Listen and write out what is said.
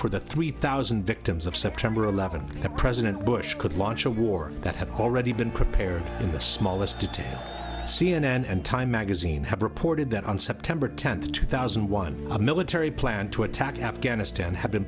for the three thousand victims of september eleventh the president bush could launch a war that had already been prepared in the smallest detail c n n and time magazine have reported that on september tenth two thousand and one a military plan to attack afghanistan had been